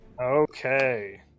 Okay